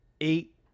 eight